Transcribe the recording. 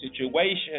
situation